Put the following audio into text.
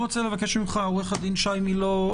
עו"ד שי מילוא,